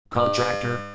contractor